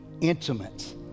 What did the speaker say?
intimate